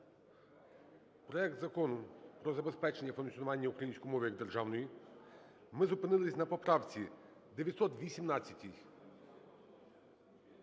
проект Закону про забезпечення функціонування української мови як державної. Ми зупинилися на поправці 918-й.